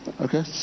Okay